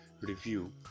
review